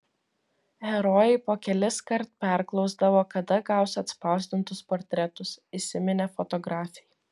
herojai po keliskart perklausdavo kada gaus atspausdintus portretus įsiminė fotografei